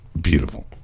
Beautiful